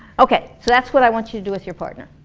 okay so thats what i want you to do with your partner